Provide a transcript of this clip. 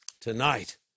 tonight